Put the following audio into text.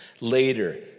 Later